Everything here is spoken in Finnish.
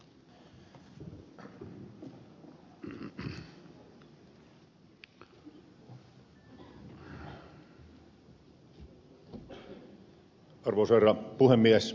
arvoisa herra puhemies